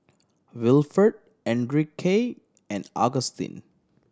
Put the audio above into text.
Wilford Enrique and Agustin